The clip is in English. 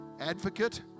advocate